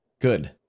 Good